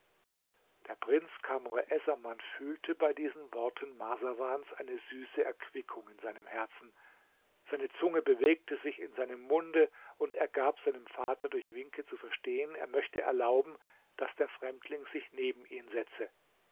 der prinz kamr essaman fühlte bei diesen worten marsawans eine süße erquickung in seinem herzen seine zunge bewegte sich in seinem munde und er gab seinem vater durch winke zu verstehen er möchte erlauben daß der fremdling sich neben ihn setze